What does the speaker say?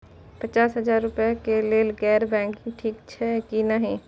पचास हजार रुपए के लेल गैर बैंकिंग ठिक छै कि नहिं?